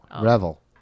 Revel